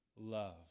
love